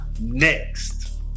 next